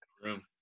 room